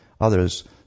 others